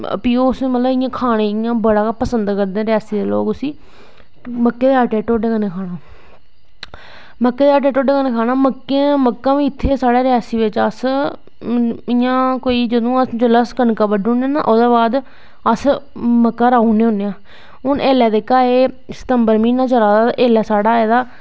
फ्ही उसी इयां बड़ा गै खाना पसंद करदे न रियासी दे लोग उसी मक्कें दे आटे ते ढोडे कन्नै खाना मक्के दे आटे दे ढोडै कन्नै खाना मक्कां बी इत्थें गै साढ़े रियासी बिच्च अस इयां कोई जिसलै अस कनकां बड्डी ओड़नें ना उस दे बाद अस मक्का रहाई ओड़ने होने आं हून इसलै सतंबर म्हीना चला दा इसलै एह्दा